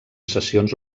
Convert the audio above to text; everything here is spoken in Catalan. sessions